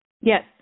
Yes